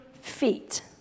feet